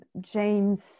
James